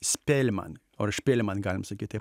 spėlman or špėlman galim sakyt taip